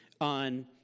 on